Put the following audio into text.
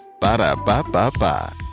Ba-da-ba-ba-ba